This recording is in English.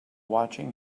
watching